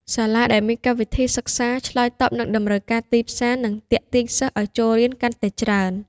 សាលាដែលមានកម្មវិធីសិក្សាឆ្លើយតបនឹងតម្រូវការទីផ្សារនឹងទាក់ទាញសិស្សឱ្យចូលរៀនកាន់តែច្រើន។